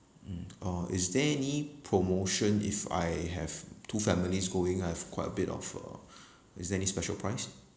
hmm uh is there any promotion if I have two families going I've quite a bit of a is there any special price